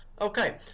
Okay